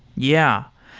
yeah.